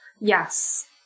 Yes